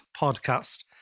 podcast